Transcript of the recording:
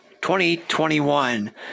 2021